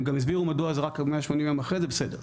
הם גם הסבירו מדוע זה רק 180 ימים אחרי זה, בסדר.